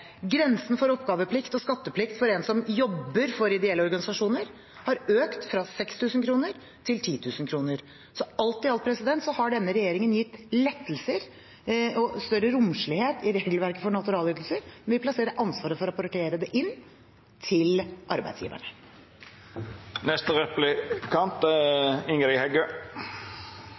Grensen for oppgaveplikt og skatteplikt for en som jobber for ideelle organisasjoner, har økt fra 6 000 kr til 10 000 kr. Alt i alt har denne regjeringen gitt lettelser og større romslighet i regelverket for naturalytelser, men vi plasserer ansvaret for å innrapportere det